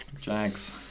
Jags